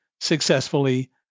successfully